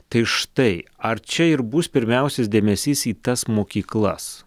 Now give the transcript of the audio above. tai štai ar čia ir bus pirmiausias dėmesys į tas mokyklas